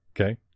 okay